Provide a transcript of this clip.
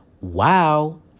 Wow